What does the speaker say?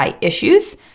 issues